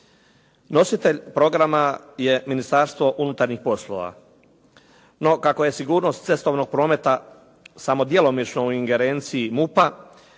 Nositelj programa je Ministarstvo unutarnjih poslova. No kako je sigurnost cestovnog prometa samo djelomično u ingerenciji MUP-a,